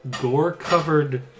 gore-covered